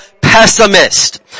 pessimist